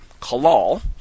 Kalal